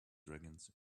dragons